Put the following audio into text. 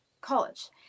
college